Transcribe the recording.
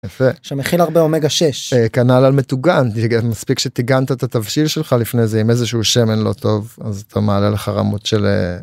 יפה שמכיל הרבה אומגה 6 כנ"ל על מטוגן מספיק שטיגנת את התבשיל שלך לפני זה עם איזשהו שמן לא טוב אז אתה מעלה לך רמות של.